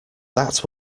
that